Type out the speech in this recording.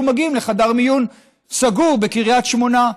מגיעים לחדר מיון סגור בקריית שמונה.